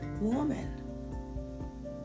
woman